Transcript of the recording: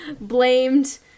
blamed